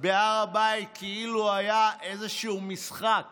בהר הבית כאילו היה איזשהו משחק